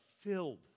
filled